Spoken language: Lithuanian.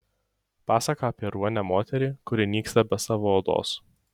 pasaka apie ruonę moterį kuri nyksta be savo odos